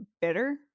bitter